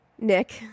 Nick